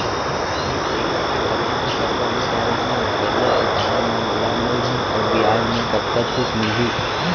एक एक्कड़ के बदला म करजा ले डारे हव, करजा चुकाए म मोला मूलधन अऊ बियाज म कतका छूट मिलही?